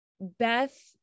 Beth